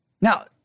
Now